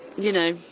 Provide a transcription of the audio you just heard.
you know,